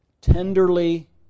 tenderly